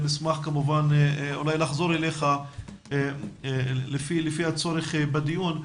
נשמח כמובן אולי לחזור אליך לפני הצורך בדיון.